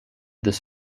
this